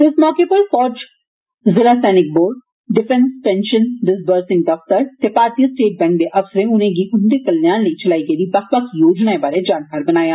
इस मौके पर फौज जिला सैनिक बोर्ड डिफैंस पैंशन डिसबरसिंग दफ्तर ते भारती स्टेट बैंक दे अफसरें उनें'गी उंदे कल्याण लेई चलाई गेदी बक्ख बक्ख योजनाएं बारै जानकार बनाया